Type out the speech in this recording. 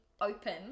open